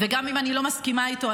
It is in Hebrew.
וגם אם אני לא מסכימה איתו,